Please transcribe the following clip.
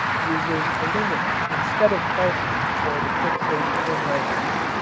uses aluminum instead of calcium for the fixation of nitrogen.